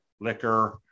liquor